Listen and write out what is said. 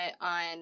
on